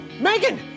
megan